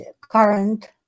current